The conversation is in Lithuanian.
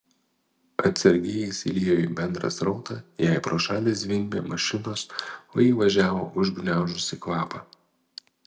atsargiai įsiliejo į bendrą srautą jai pro šalį zvimbė mašinos o ji važiavo užgniaužusi kvapą